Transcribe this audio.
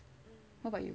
what about you